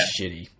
Shitty